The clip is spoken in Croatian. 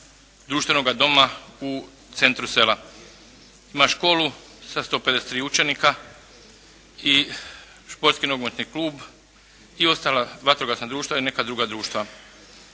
društvenoga doma u centru sela. Ima školu sa 153 učenika i Športski nogometni klub i ostala vatrogasna društva i neka druga društva.